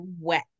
wet